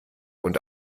und